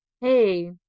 hey